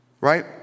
right